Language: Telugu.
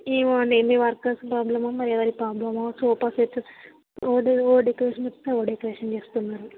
ఏమో అండి మీ వర్కర్స్ ప్రాబ్లమో మరి ఎవరి ప్రాబ్లమో సోఫా సెట్స్ ఒక డెకొరేషన్ ఇస్తే ఒక డెకొరేషన్ చేసున్నారు